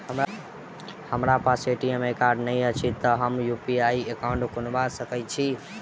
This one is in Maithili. हमरा पास ए.टी.एम कार्ड नहि अछि तए हम यु.पी.आई एकॉउन्ट कोना बना सकैत छी